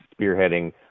spearheading